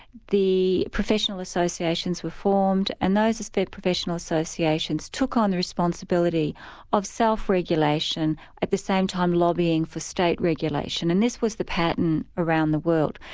the professional associations were formed and those but professional associations took on the responsibility of self regulation, at the same time lobbying for state regulation. and this was the pattern around the world.